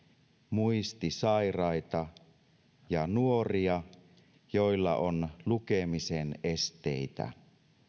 muistisairaita ja nuoria joilla on lukemisen esteitä